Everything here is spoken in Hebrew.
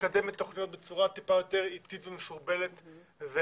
מקדמת תוכניות בצורה טיפה יותר איטית ומסורבת ומוגבלת.